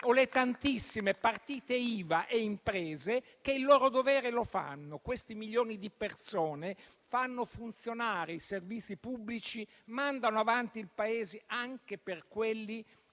o le tantissime partite IVA e imprese che il loro dovere lo fanno. Questi milioni di persone fanno funzionare i servizi pubblici, mandano avanti il Paese anche per quelli